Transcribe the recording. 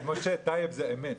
זה אמת.